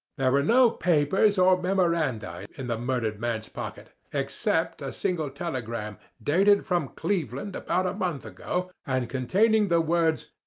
there were no papers or memoranda in the murdered man's pocket, except a single telegram, dated from cleveland about a month ago, and containing the words,